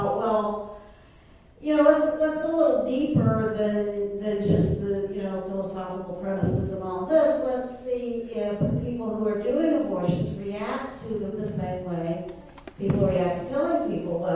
um yeah little deeper than just, the yeah philosophical premises and all this, let's see if and people who are doing abortions react to them the same way people react to killing people.